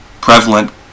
prevalent